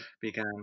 began